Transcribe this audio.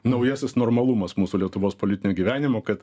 naujasis normalumas mūsų lietuvos politinio gyvenimo kad